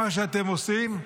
מה שאתם עושים,